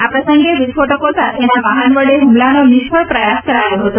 આ પ્રસંગે વિસ્ફોટકો સાથેના વાહન વડે હુમલાનો નિષ્ફળ પ્રયાસ કરાયો હતો